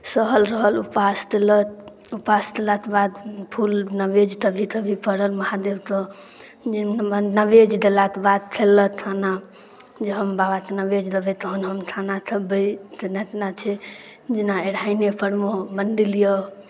सहल रहल उपास तेलत उपास तेलाते बाद फूल नबेद तबेद पड़ल महादेव तऽ जे भदवानते नबेद देलाते बाद थेलक थाना जे हम बाबाते नबेद देबै तहन हम थाना थेबै से मानने छै जेना अराहिनेपर मे मण्डिल यए